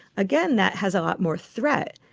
again that has a lot more threat,